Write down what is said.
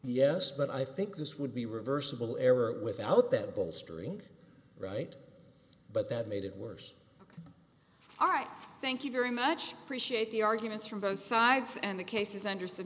yes but i think this would be reversible error without that bolstering right but that made it worse all right thank you very much appreciate the arguments from both sides and the cases anderson